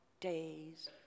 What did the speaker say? days